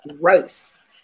Gross